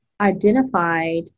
identified